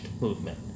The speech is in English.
movement